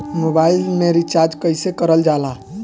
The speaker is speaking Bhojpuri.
मोबाइल में रिचार्ज कइसे करल जाला?